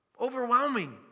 overwhelming